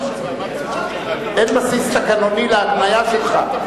אין בסיס תקנוני להתניה שלך,